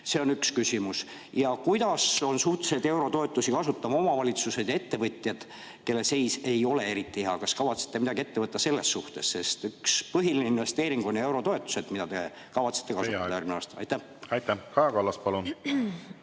See on üks küsimus. Kuidas on suutelised eurotoetusi kasutama omavalitsused ja ettevõtjad, kelle seis ei ole eriti hea? Kas kavatsete midagi ette võtta selles suhtes? Sest üks põhiline investeering on ju eurotoetused, mida te kavatsete kasutada järgmisel aastal.